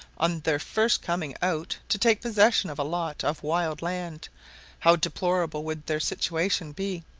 on their first coming out to take possession of a lot of wild land how deplorable would their situation be,